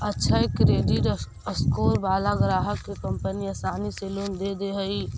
अक्षय credit score वाला ग्राहक के कंपनी आसानी से लोन दे दे हइ